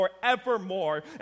forevermore